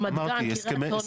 רמת גן, קריית אונו.